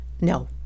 No